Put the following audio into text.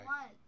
one